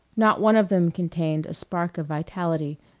not one of them contained a spark of vitality,